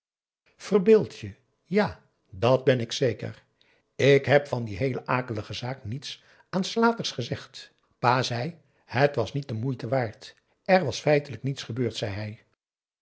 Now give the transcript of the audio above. verbeeld je ja dat ben ik zeker ik heb van die heele akelige zaak niets aan slaters gezegd pa zei het was niet de moeite waard er was feitelijk niets gebeurd zei